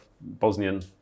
Bosnian